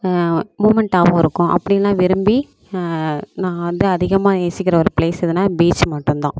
மூமென்ட்டாகவும் இருக்கும் அப்படி நான் விரும்பி நான் வந்து அதிகமாக நேசிக்கிற ஒரு ப்ளேஸ் எதுன்னால் பீச் மட்டுந்தான்